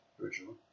original